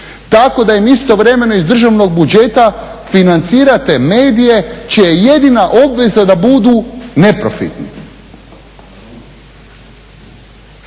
tako da im istovremeno iz državnog budžeta financirate medije čija je jedina obveza da budu neprofitni.